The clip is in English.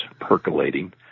percolating